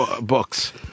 books